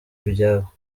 ibyabo